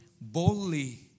boldly